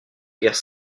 guerre